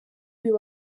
uyu